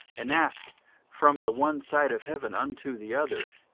and ask from the one side of heaven unto the other,